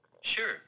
Sure